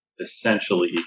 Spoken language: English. essentially